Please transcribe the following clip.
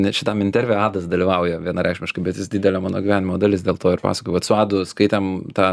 net šitam interve adas dalyvauja vienareikšmiškai bet jis didelė mano gyvenimo dalis dėl to ir pasakoju vat su adu skaitėm tą